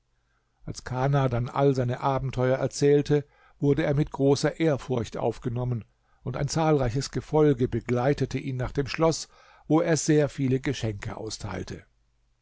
als kana dann alle seine abenteuer erzählte wurde er mit großer ehrfurcht aufgenommen und ein zahlreiches gefolge begleitete ihn nach dem schloß wo er sehr viele geschenke austeilte